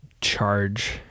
charge